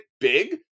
big